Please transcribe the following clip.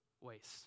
Waste